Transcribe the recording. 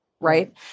Right